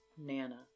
Nana